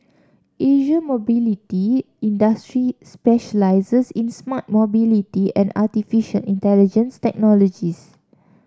Asia Mobility Industries specialises in smart mobility and artificial intelligence technologies